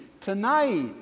tonight